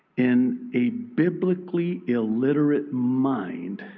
in a biblically illiterate mind